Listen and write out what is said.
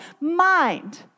mind